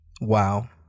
Wow